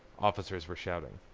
officers were shouting.